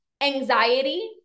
anxiety